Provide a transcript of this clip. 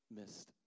missed